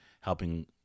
helping